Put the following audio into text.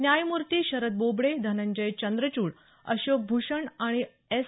न्यायमूर्ती शरद बोबडे धनंजय चंद्रचूड अशोक भूषण आणि एस